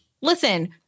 listen